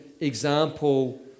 example